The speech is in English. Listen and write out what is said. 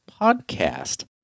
podcast